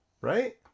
Right